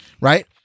right